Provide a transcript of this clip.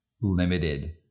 Limited